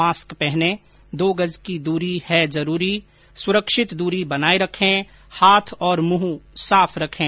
mask पहनें दो गज की दूरी है जरूरी सुरक्षित दूरी बनाए रखें हाथ और मुंह साफ रखें